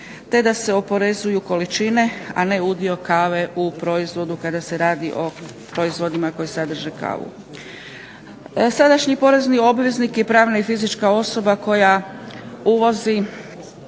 te da se oporezuju količine, a ne udio kave u proizvodu kada se radi o proizvodima koji sadrže kavu. Sadašnji porezni obveznik je pravna i fizička osoba koja uvozi